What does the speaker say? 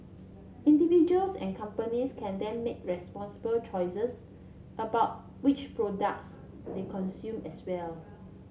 individuals and companies can then make responsible choices about which products they consume as well